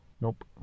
nope